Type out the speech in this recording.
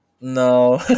No